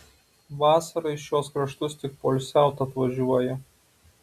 vasarą į šiuos kraštus tik poilsiaut atvažiuoja